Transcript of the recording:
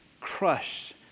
crushed